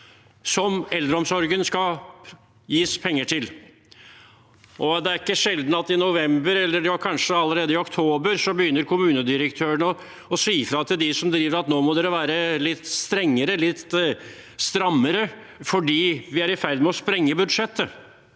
som eldreomsorgen skal få, og det er ikke sjelden at i november, kanskje allerede i oktober, begynner kommunedirektørene å si fra til dem som driver, at nå må dere være litt strengere, litt strammere, fordi vi er i ferd med å sprenge budsjettet.